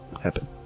happen